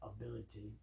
ability